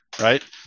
right